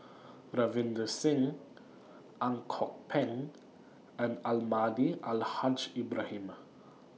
Ravinder Singh Ang Kok Peng and Almahdi Al Haj Ibrahim